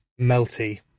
melty